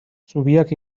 zubiak